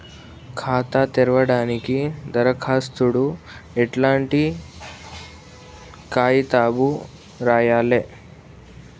ఖాతా తెరవడానికి దరఖాస్తుకు ఎట్లాంటి కాయితాలు రాయాలే?